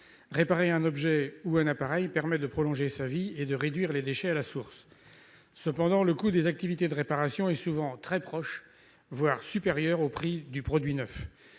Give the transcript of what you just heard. Réparer un objet ou un appareil permet de prolonger sa vie et de réduire les déchets à la source. Cependant, le coût des activités de réparation est souvent très proche, voire supérieur au prix du produit neuf,